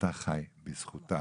אתה חי בזכותה.